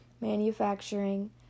manufacturing